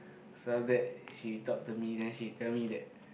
so after that she talked to me then she tell me that